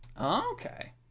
Okay